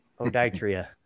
Odatria